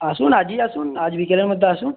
আসুন আজই আসুন আজ বিকেলের মধ্যে আসুন